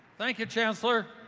thank you, chancellor.